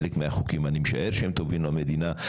אני משער שחלק מהחוקים טובים למדינה,